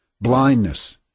BLINDNESS